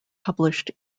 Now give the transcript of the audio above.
published